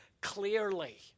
clearly